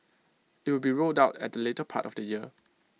IT will be rolled out at the later part of the year